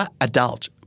adult